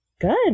Good